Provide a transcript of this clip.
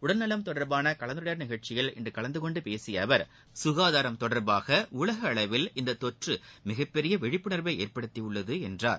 உடல்நலம் தொடர்பான கலந்துரையாடல் நிகழ்ச்சியில் இன்று கலந்தகொண்டு பேசிய அவர் சுகாதாரம் தொடர்பாக உலக அளவில் இந்த தொற்று மிகப்பெரிய விழிப்புணர்வை ஏற்படுத்தி உள்ளது என்றார்